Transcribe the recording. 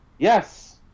Yes